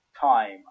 time